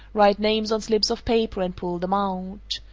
write names on slips of paper and pull them out.